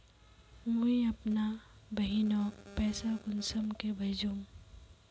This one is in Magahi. मुई अपना बहिनोक पैसा कुंसम के भेजुम?